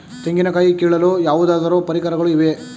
ತೆಂಗಿನ ಕಾಯಿ ಕೀಳಲು ಯಾವುದಾದರು ಪರಿಕರಗಳು ಇವೆಯೇ?